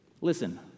listen